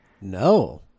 No